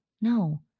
no